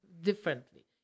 differently